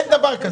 אין דבר כזה.